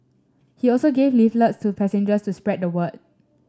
he also gave leaflets to passengers to spread the word